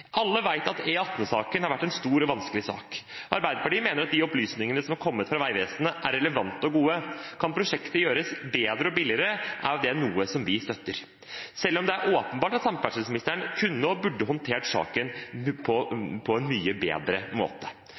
Alle vet at E18-saken har vært en stor og vanskelig sak. Arbeiderpartiet mener at de opplysningene som har kommet fra Vegvesenet, er relevante og gode. Kan prosjektet gjøres bedre og billigere, er det noe vi støtter – selv om det er åpenbart at samferdselsministeren kunne og burde håndtert saken på en mye bedre måte.